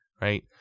Right